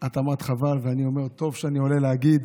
את אמרת חבל ואני אומר: טוב שאני עולה להגיד